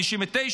1999,